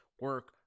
Work